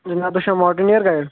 جناب تُہۍ چھُوا ماوںٹنیر گایڈ